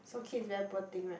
poor kids very poor thing right